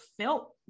felt